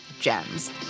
gems